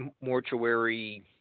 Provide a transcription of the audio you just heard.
mortuary